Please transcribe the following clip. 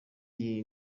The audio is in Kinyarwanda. iyi